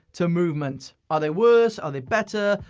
to mvmt? are they worse? are they better?